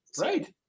Right